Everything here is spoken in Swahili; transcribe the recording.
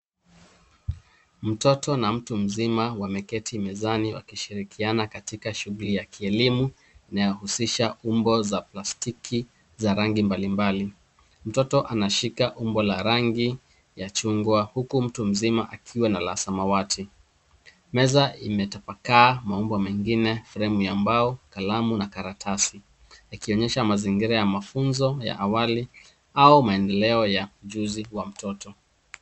Mtoto na mtu mzima wameketi mezani wakishirikiana katika shughuli ya kielimu inayohusisha umbo za plastiki za rangi mbalimbali. Mtoto anashika umbo la rangi ya chungwa huku mtu mzima akiwa na la samawati. Meza imetapakaa maumbo mengine, fremu ya mbao, kalamu na karatasi. Ikionyesha mazingira ya mafunzo ya awali au maendeleo ya ujuzi wa mtoto.